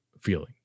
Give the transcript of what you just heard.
Feeling